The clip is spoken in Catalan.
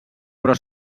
però